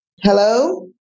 Hello